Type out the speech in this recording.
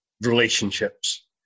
relationships